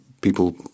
people